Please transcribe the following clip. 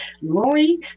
Lori